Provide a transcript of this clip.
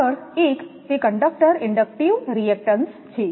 આગળ એક તે કંડક્ટર ઇન્ડક્ટિવ રિએક્ટન્સ છે